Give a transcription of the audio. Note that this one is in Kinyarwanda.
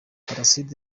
placide